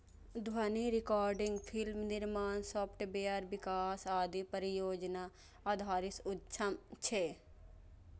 ध्वनि recording, film निर्माण, software विकास आदि परियोजना आधारित उद्यम छियै